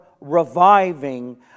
reviving